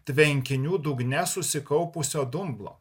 tvenkinių dugne susikaupusio dumblo